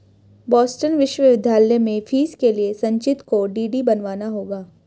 Boston विश्वविद्यालय में फीस के लिए संचित को डी.डी बनवाना होगा